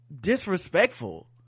disrespectful